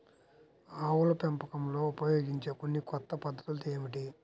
ఆవుల పెంపకంలో ఉపయోగించే కొన్ని కొత్త పద్ధతులు ఏమిటీ?